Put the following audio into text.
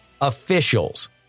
officials